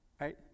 right